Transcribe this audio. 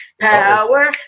power